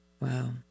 Wow